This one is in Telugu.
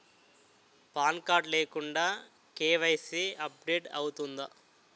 పాన్ కార్డ్ లేకుండా కే.వై.సీ అప్ డేట్ అవుతుందా?